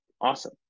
Awesome